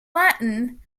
latin